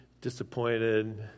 disappointed